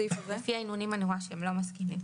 לפי ההנהונים אני רואה שהם לא מסכימים.